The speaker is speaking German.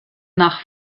nach